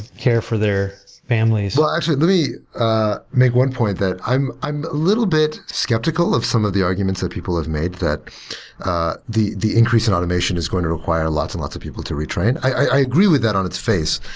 care for their families so actually, let me ah make one point that i'm a little bit skeptical of some of the arguments that people have made that the the increase in automation is going to require lots and lots of people to retain. i agree with that on its phase,